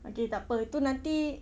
okay tak apa itu nanti